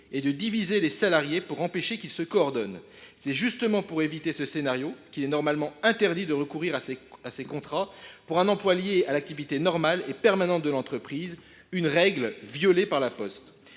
et de diviser les salariés pour empêcher qu’ils ne se coordonnent. C’est justement pour éviter ce scénario qu’il est normalement interdit de recourir à ces contrats pour « un emploi lié à l’activité normale et permanente de l’entreprise », une règle violée par La Poste.